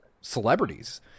celebrities